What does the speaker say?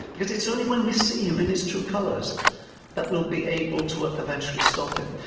because it's only when we see him in his true colours that we'll be able to eventually stop him.